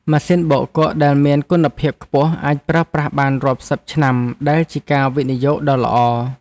ម៉ាស៊ីនបោកគក់ដែលមានគុណភាពខ្ពស់អាចប្រើប្រាស់បានរាប់សិបឆ្នាំដែលជាការវិនិយោគដ៏ល្អ។